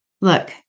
look